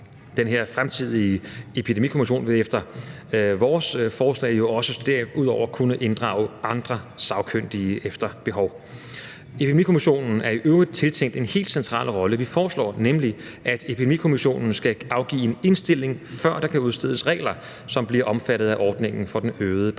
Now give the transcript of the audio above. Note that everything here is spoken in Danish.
Den her fremtidige epidemikommission vil efter vores forslag derudover kunne inddrage andre sagkyndige efter behov. Epidemikommissionen er i øvrigt tiltænkt en helt central rolle. Vi foreslår nemlig, at epidemikommissionen skal afgive en indstilling, før der kan udstedes regler, som bliver omfattet af ordningen med den øgede parlamentariske